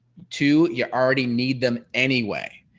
two you already need them anyway.